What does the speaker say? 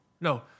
No